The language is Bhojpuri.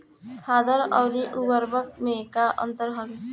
खादर अवरी उर्वरक मैं का अंतर हवे?